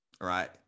right